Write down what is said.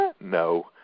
No